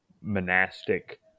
monastic